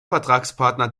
vertragspartner